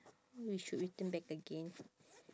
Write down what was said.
we should return back again